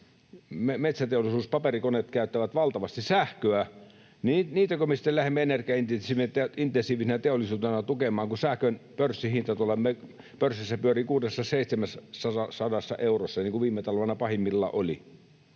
metsäteollisuudessa paperikoneet käyttävät valtavasti sähköä, niin niitäkö me sitten lähdemme energiaintensiivisenä teollisuudenalana tukemaan, kun sähkön pörssihinta tuolla pörssissä pyörii 600—700 eurossa, niin kuin viime talvena pahimmillaan oli?